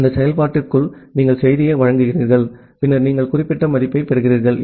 எனவே அந்த செயல்பாட்டிற்குள் நீங்கள் செய்தியை வழங்குகிறீர்கள் பின்னர் நீங்கள் குறிப்பிட்ட மதிப்பைப் பெறுகிறீர்கள்